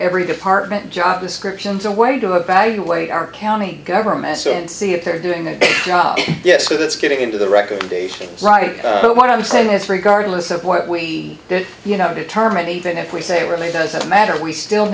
every department job descriptions a way to evaluate our county governments and see if they're doing a good job yet so that's getting into the recommendations right but what i'm saying is regardless of what we did you know determined even if we say really doesn't matter we still